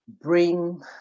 bring